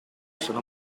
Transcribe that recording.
sono